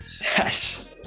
Yes